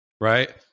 Right